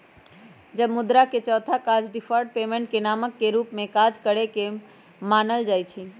अब मुद्रा के चौथा काज डिफर्ड पेमेंट के मानक के रूप में काज करेके न मानल जाइ छइ